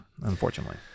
unfortunately